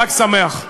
חג שמח.